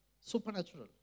supernatural